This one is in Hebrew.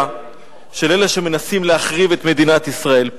של אלה שמנסים להחריב את מדינת ישראל.